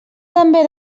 també